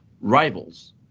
rivals